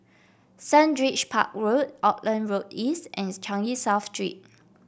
Sundridge Park Road Auckland Road East and Changi South Street